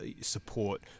support